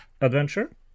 adventure